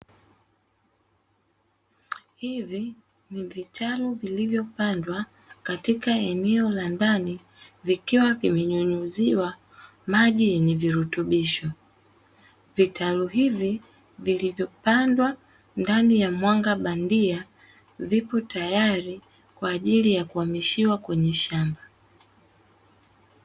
Hivi ni vitalu vilivyopandwa katika eneo la ndani, vikiwa vimenyunyiziwa maji yenye virutubisho. Vitalu hivi vilivyopandwa ndani ya mwanga bandia vipo tayari kwa ajili ya kuhamishiwa kwenye shamba.